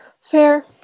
Fair